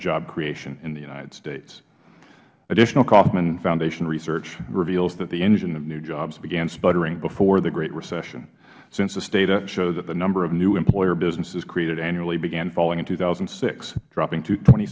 job creation in the united states additional kauffman foundation research reveals that the engine of new jobs began sputtering before the great recession census data show that the number of new employer businesses created annually began falling in two thousand and six dropping twenty